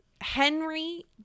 Henry